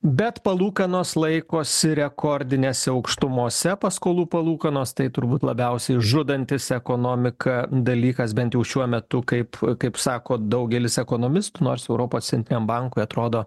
bet palūkanos laikosi rekordinėse aukštumose paskolų palūkanos tai turbūt labiausiai žudantis ekonomiką dalykas bent jau šiuo metu kaip kaip sako daugelis ekonomistų nors europos centriniam bankui atrodo